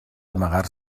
amagar